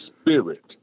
spirit